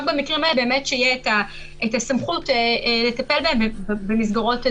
רק במקרים האלה שבאמת תהיה את הסמכות לטפל בהם במסגרות הדין.